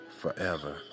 forever